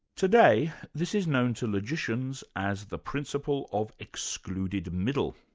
today, this is known to logicians as the principle of excluded middle.